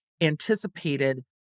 anticipated